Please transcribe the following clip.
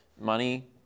money